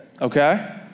Okay